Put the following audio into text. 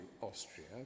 Austria